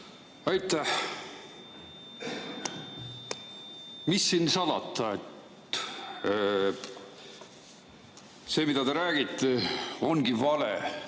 Aitäh! Mis siin salata. See, mida te räägite, ongi vale.